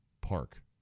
Park